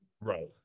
Right